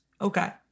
Okay